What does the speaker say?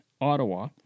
Ottawa